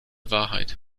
wahrheit